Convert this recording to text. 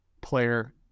player